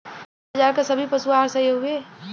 का बाजार क सभी पशु आहार सही हवें?